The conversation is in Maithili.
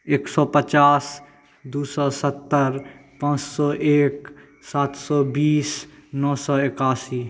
एक सए पचास दू सए सत्तरि पाँच सए एक सात सए बीस नओ सए एकासी